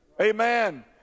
Amen